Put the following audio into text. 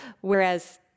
whereas